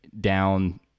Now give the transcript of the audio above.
down